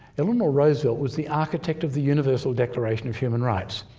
eleanor roosevelt was the architect of the universal declaration of human rights.